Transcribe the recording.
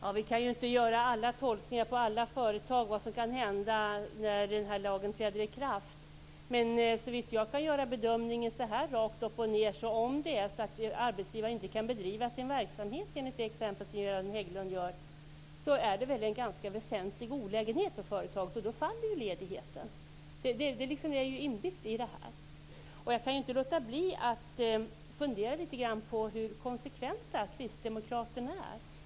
Herr talman! Vi kan inte tolka vad som kan hända på alla företag när lagen träder i kraft. Om arbetsgivaren inte kan bedriva sin verksamhet enligt det exempel som Göran Hägglund ger innebär det en ganska väsentlig olägenhet för företaget. Såvitt jag kan bedöma faller då ledigheten. Det är inbyggt i detta. Jag kan inte låta bli att fundera litet grand på hur konsekventa kristdemokraterna är.